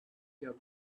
your